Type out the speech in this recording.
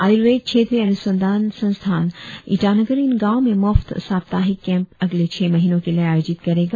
आयुर्वेद क्षेत्रीय अनुसंधान संस्थान ईटानगर इन गांवो में मुफ्त साप्ताहिक कैंप अगले छह महीनों के लिए आयोजित करेंगा